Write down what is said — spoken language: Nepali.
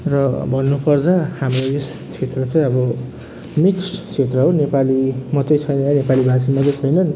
र भन्नुपर्दा हाम्रो यस क्षेत्र चाहिँ अब मिक्स्ड क्षेत्र हो नेपाली मात्रै छैन नेपालीभाषी मात्रै छैन